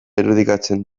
irudikatzen